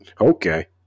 okay